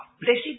blessed